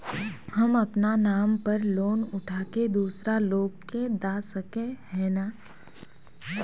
हम अपना नाम पर लोन उठा के दूसरा लोग के दा सके है ने